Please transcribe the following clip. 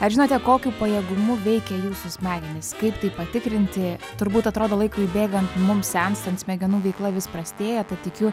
ar žinote kokiu pajėgumu veikia jūsų smegenys kaip tai patikrinti turbūt atrodo laikui bėgant mum senstant smegenų veikla vis prastėja tad tikiu